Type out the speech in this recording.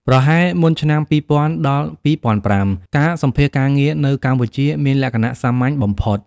ប្រហែលមុនឆ្នាំ ២០០០-២០០៥ ការសម្ភាសន៍ការងារនៅកម្ពុជាមានលក្ខណៈសាមញ្ញបំផុត។